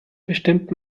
bestimmt